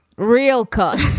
real cuts